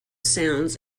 sounds